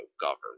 government